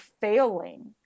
failing